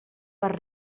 per